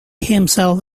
himself